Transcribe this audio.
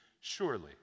surely